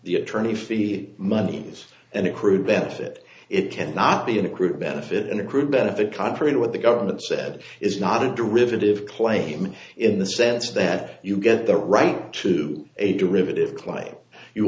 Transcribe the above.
the attorney fees monies and accrued benefit it cannot be an accrued benefit and accrue benefit contrary to what the government said is not a derivative claim in the sense that you get the right to a derivative claim you